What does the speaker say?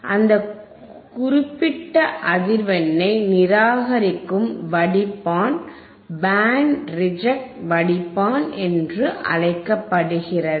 அந்த குறிப்பிட்ட அதிர்வெண்ணை நிராகரிக்கும் வடிப்பான் பேண்ட் ரிஜெக்ட் வடிப்பான் என்று அழைக்கப்படுகிறது